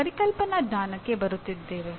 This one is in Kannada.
ಪರಿಕಲ್ಪನಾ ಜ್ಞಾನಕ್ಕೆ ಬರುತ್ತಿದ್ದೇವೆ